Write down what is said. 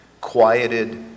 quieted